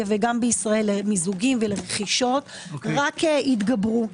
וגם בישראל למיזוגים ורכישות רק התגברו.